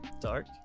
dark